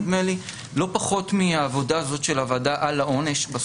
נדמה לי לא פחות מהעבודה הזאת של הוועדה על העונש בסוף,